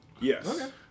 Yes